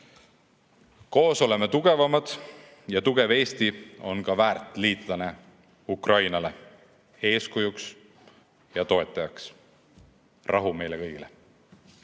Koos oleme tugevamad ja tugev Eesti on ka väärt liitlane Ukrainale, on talle eeskujuks ja toetajaks. Rahu meile kõigile!